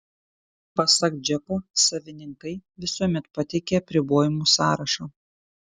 pasak džeko savininkai visuomet pateikia apribojimų sąrašą